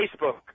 Facebook